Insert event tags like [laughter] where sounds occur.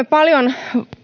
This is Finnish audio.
[unintelligible] paljon